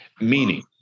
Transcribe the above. meaning